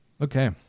Okay